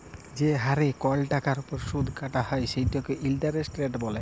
যে হারে কল টাকার উপর সুদ কাটা হ্যয় সেটকে ইলটারেস্ট রেট ব্যলে